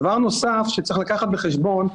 דבר נוסף שצריך לקחת בחשבון,